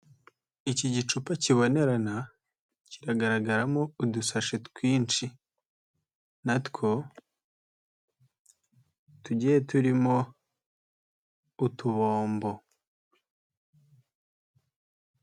Iki gicupa kibonerana kiragaragaramo udusashi twinshi na two tugiye turimo utubombo.